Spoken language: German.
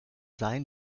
sein